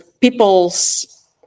people's